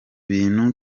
bintu